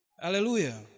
Hallelujah